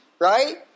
right